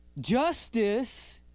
Justice